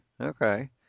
Okay